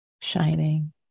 shining